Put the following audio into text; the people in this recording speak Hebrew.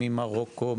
ממרוקו,